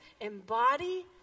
embody